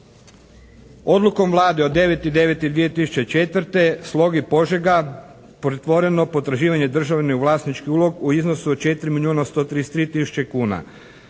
odlukom Vlade od 9.9.2004. Sloga i Požega pretvoreno potraživanje državni u vlasnički ulog u iznosu od 4 milijuna